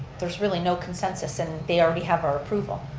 there's really no consensus, and they already have our approval.